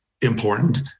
important